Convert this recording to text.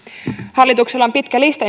hallituksella on pitkä lista